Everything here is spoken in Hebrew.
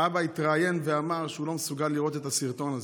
האבא התראיין ואמר שהוא לא מסוגל לראות את הסרטון הזה.